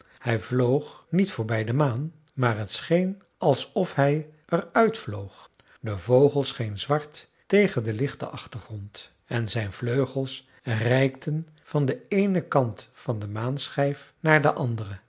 hij vloog niet voorbij de maan maar t scheen alsof hij er uit vloog de vogel scheen zwart tegen den lichten achtergrond en zijn vleugels reikten van den eenen kant van de maanschijf naar den anderen